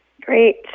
great